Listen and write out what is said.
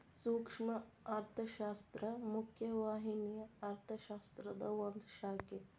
ಸೂಕ್ಷ್ಮ ಅರ್ಥಶಾಸ್ತ್ರ ಮುಖ್ಯ ವಾಹಿನಿಯ ಅರ್ಥಶಾಸ್ತ್ರದ ಒಂದ್ ಶಾಖೆ